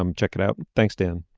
um check it out. thanks dan.